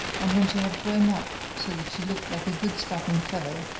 and when she had grown up so that she looked like a good strapping fellow,